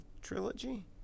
trilogy